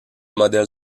modèle